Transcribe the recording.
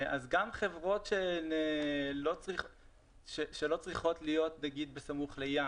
אז גם חברות שלא צריכות להיות נגיד בסמוך לים,